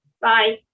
bye